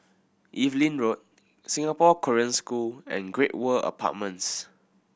Evelyn Road Singapore Korean School and Great World Apartments